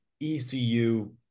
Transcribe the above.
ECU